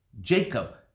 Jacob